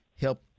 help